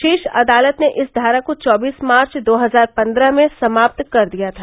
शीर्ष अदालत ने इस धारा को चौबीस मार्च दो हजार पन्द्रह में समाप्त कर दिया था